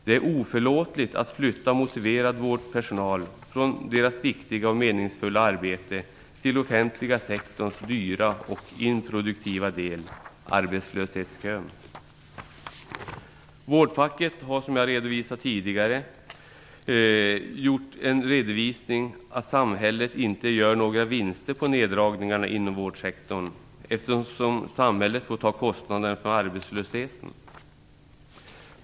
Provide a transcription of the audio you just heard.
Det är oförlåtligt att flytta motiverad vårdpersonal från deras viktiga och meningsfulla arbeten till offentliga sektorns dyra och improduktiva del, arbetslöshetskön. Vårdfacket har, som jag redogjort för tidigare, redovisat att samhället inte gör några vinster på neddragningarna inom vårdsektorn, eftersom samhället får ta kostnaderna för arbetslösheten.